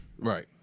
Right